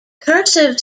cursive